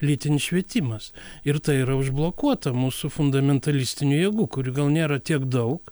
lytinis švietimas ir tai yra užblokuota mūsų fundamentalistinių jėgų kurių gal nėra tiek daug